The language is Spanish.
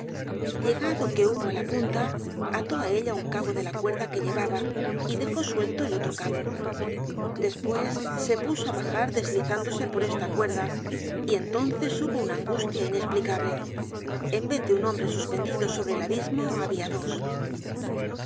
llegado que hubo á la punta ató á ella un cabo de la cuerda que llevaba y dejó suelto el otro cabo despues se puso á bajar deslizándose por esta cuerda y entonces hubo una angustia inesplicable en vez de un hombre suspendido sobre el abismo habia dos